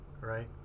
right